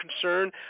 concern